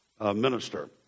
minister